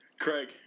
Craig